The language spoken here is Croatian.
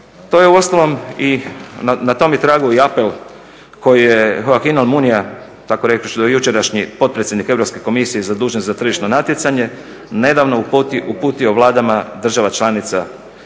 To je uostalom i na tom tragu je i apel koji je …/Govornik se ne razumije./… tako rekuć dojučerašnji potpredsjednik Europske unije zadužen za tržišno natjecanje nedavno uputio vladama država članica